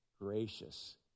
gracious